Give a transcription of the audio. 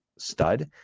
Stud